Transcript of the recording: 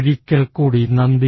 ഒരിക്കൽക്കൂടി നന്ദി